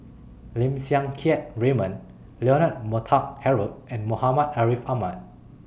Lim Siang Keat Raymond Leonard Montague Harrod and Muhammad Ariff Ahmad